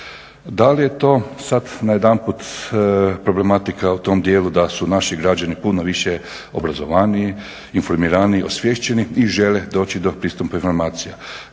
Da li je to sad najedanput problematika u tom djelu da su naši građani puno više obrazovaniji, informiraniji, osviješteni i žele doći do pristupa informacija.